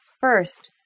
First